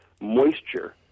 moisture